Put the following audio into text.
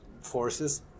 forces